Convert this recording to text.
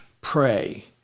pray